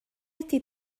ydy